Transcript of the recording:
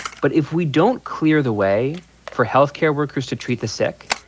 but if we don't clear the way for health care workers to treat the sick,